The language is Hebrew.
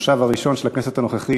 המושב הראשון של הכנסת הנוכחית,